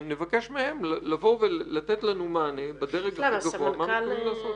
נבקש מהם לבוא ולתת לנו מענה בדרג הכי גבוה מה הם מתכוונים לעשות.